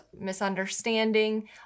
misunderstanding